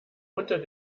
unter